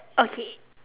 okay